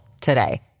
today